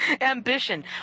Ambition